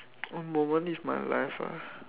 one moment of my life ah